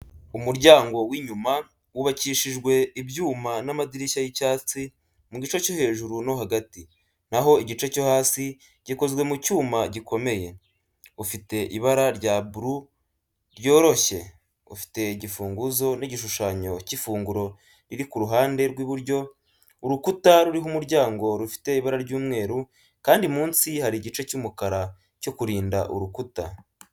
Umuryango w’inyuma wubakishijwe ibyuma n’amadirishya y'icyatsi mu gice cyo hejuru no hagati, na ho igice cyo hasi gikozwe mu cyuma gikomeye. Ufite ibara rya bleu ryoroshye. Ufite igifunguzo n’igishushanyo cy’ifunguro riri ku ruhande rw’iburyo. Urukuta ruriho umuryango rufite ibara ry’umweru, kandi munsi hari igice cy’umukara cyo kurinda urukuta.